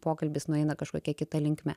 pokalbis nueina kažkokia kita linkme